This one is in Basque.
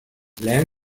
lehen